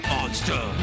Monster